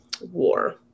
war